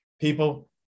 people